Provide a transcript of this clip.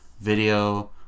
video